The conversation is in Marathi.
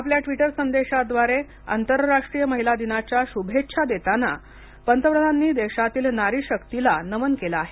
आपल्या ट्वीटर संदेशाद्वारे आंतरराष्ट्रीय महिला दिनाच्या शुभेच्छा देताना पंतप्रधानांनी देशातील नारीशक्तीला नमन केले आहे